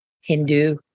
Hindu